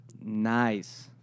Nice